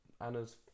Anna's